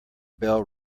bell